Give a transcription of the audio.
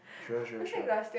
sure sure sure